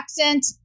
accent